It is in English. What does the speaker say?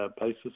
basis